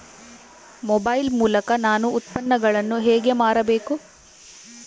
Mobile ಮೂಲಕ ನಾನು ಉತ್ಪನ್ನಗಳನ್ನು ಹೇಗೆ ಮಾರಬೇಕು?